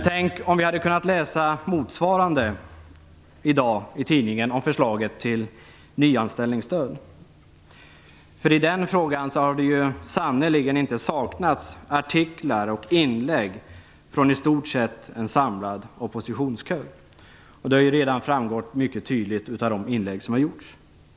Tänk om vi hade kunnat läsa motsvarande i dag i tidningen om förslaget till nyanställningsstöd! I den frågan har det sannerligen inte saknats artiklar och inlägg från en i stort sett samlad oppositionskör. Detta har också framgått mycket tydligt av de inlägg som har gjorts hittills i debatten.